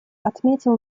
отметил